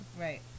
Right